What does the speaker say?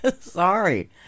Sorry